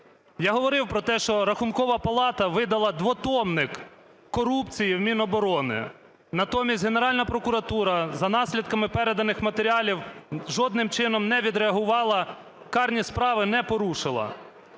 Я говорив про те, що Рахункова палата видала двотомник корупції в Міноборони. Натомість Генеральна прокуратура за наслідками переданих матеріалів жодним чином не відреагувала, карні справи не порушила.